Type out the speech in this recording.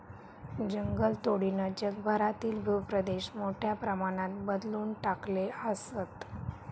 जंगलतोडीनं जगभरातील भूप्रदेश मोठ्या प्रमाणात बदलवून टाकले आसत